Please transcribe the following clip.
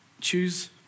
choose